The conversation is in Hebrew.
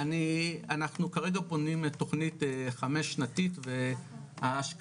אנחנו כרגע בונים את תוכנית חמש שנתית וההשקעה